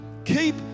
Keep